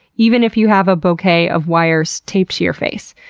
even if you have a bouquet of wires taped to your face.